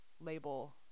label